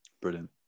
Brilliant